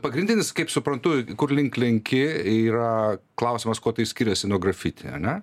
pagrindinis kaip suprantu kur link lenki yra klausimas kuo tai skiriasi nuo grafiti ane